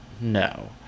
no